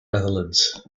netherlands